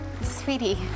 Sweetie